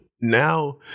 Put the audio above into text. Now